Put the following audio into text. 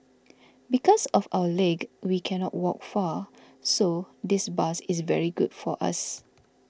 because of our leg we cannot walk far so this bus is very good for us